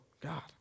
God